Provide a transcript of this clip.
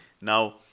Now